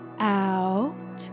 out